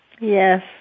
Yes